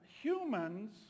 Humans